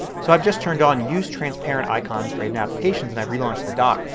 so i've just turned on use transparent icons for hidden applications and i've relaunched the dock.